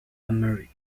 america